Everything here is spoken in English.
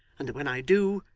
and that when i do,